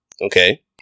Okay